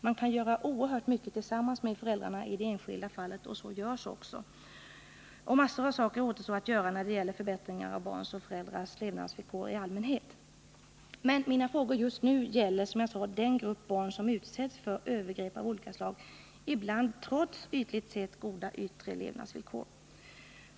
Man kan göra oerhört mycket tillsammans med föräldrarna i det enskilda fallet. Så görs också. Och massor av saker återstår att göra när det gäller förbättringar av barns och föräldrars levnadsvillkor i allmänhet. Men mina frågor just nu gäller, som jag sade, den grupp barn som utsätts för övergrepp av olika slag, ibland trots ytligt sett goda yttre levnadsvillkor.